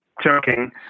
choking